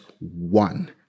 one